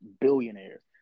billionaires